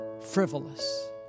frivolous